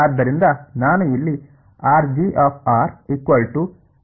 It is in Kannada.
e ಗೆ j ಸರಿ